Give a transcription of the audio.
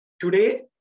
Today